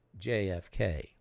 JFK